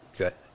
Okay